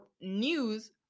news